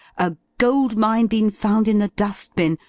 a gold-mine been found in the dust-bin,